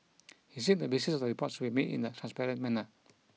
he said the basis of the report should be made in a transparent manner